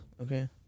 Okay